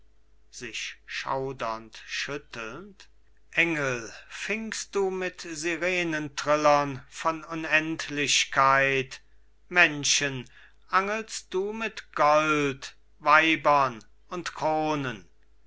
sich schaudernd schüttelnd engel fingst du mit sirenentrillern von unendlichkeit menschen angelst du mit gold weibern und kronen